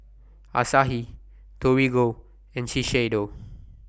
Asahi Torigo and Shiseido